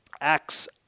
Acts